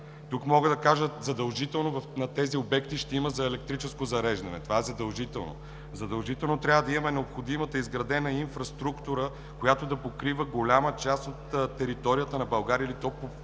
Тук мога да кажа: задължително на тези обекти ще има електрическо зареждане – това е задължително. Задължително трябва да имаме необходимата изградена инфраструктура, която да покрива голяма част от територията на България, и то